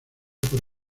por